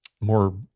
more